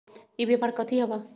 ई व्यापार कथी हव?